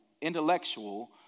intellectual